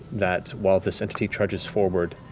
that while this entity trudges forward,